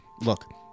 Look